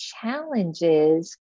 challenges